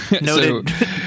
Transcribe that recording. noted